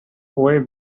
way